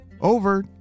Over